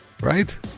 Right